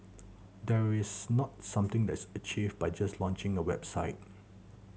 there's not something that's achieved by just launching a website